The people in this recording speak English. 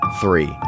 three